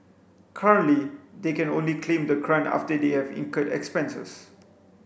currently they can only claim the grant after they have incurred expenses